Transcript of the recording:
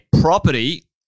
property